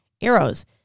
arrows